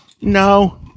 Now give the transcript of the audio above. No